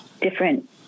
different